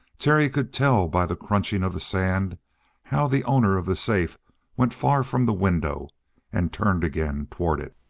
terry could tell by the crunching of the sand how the owner of the safe went far from the window and turned again toward it.